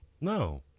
No